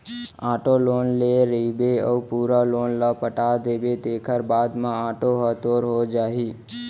auto loan ले रहिबे अउ पूरा लोन ल पटा देबे तेखर बाद म आटो ह तोर हो जाही